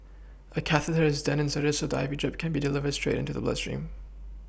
a catheter is then inserted so that the I V drip can be delivered straight into the blood stream